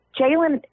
Jalen